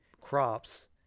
crops